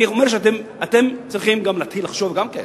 אני אומר שאתם צריכים להתחיל לחשוב גם כן.